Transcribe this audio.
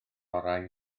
orau